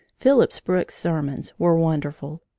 phillips brooks's sermons were wonderful,